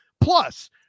Plus